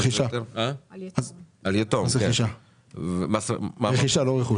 מס רכישה, לא רכוש.